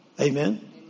Amen